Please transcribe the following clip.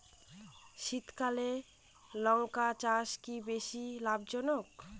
শীতকালে লঙ্কা চাষ কি বেশী লাভজনক?